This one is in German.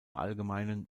allgemeinen